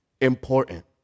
important